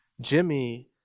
Jimmy